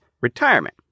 retirement